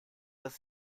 das